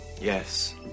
Yes